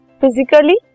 physically